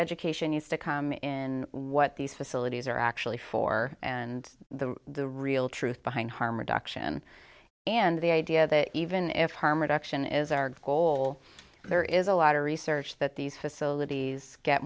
education needs to come in what these facilities are actually for and the the real truth behind harm reduction and the idea that even if harm reduction is our goal there is a lot of research that these facilities get